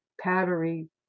powdery